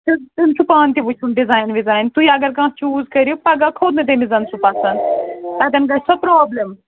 تیٚلہِ تیٚلہِ چھُو پانہٕ تہِ وُچھُن ڈِزایِن وِزایِن تُہۍ اگر کانٛہہ چوٗز کٔرِو پگاہ کھوٚت نہٕ تٔمِس زن سُہ پسنٛد تَتیٚن گٔژِھو پرٛابلِم